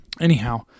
anyhow